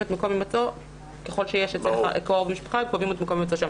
את מקום הימצאו אצל קרוב משפחה אם יש כזה.